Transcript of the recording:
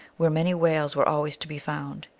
where many whales were always to be found.